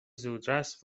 زودرس